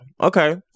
Okay